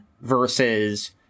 versus